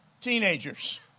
teenagers